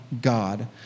God